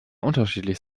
unterschiedlich